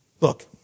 Look